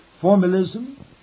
formalism